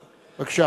ראשונה.